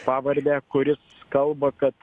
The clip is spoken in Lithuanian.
pavardę kuris kalba kad